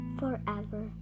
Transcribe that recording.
forever